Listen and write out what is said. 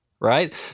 right